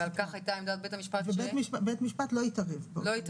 ועל כך הייתה עמדת בית המשפט ש --- ובית משפט לא התערב פה.